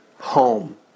home